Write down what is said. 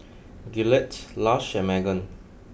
Gillette Lush and Megan